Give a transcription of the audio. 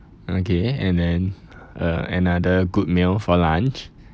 okay and then uh another good meal for lunch